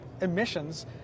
emissions